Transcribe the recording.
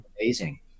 amazing